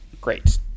great